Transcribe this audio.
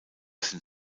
sind